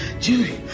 Judy